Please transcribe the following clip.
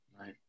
Right